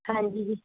ਹਾਂਜੀ ਜੀ